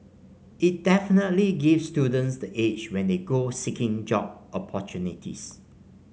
it definitely gives students the edge when they go seeking job opportunities